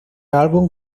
álbum